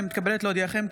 אני מתכבדת להודיעכם,